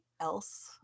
else